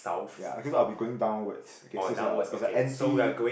ya cause I'll be going downwards okay so it's a it's a anti